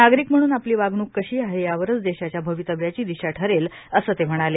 नागरिक म्हणून आपली वागणूक कशी आहे यावरच देशाच्या भवितव्याची दिशा ठरेल असे ते म्हणाले